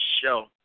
show